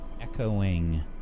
echoing